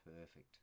perfect